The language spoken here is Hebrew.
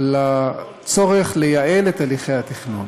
לצורך לייעל את הליכי התכנון.